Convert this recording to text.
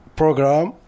program